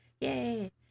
Yay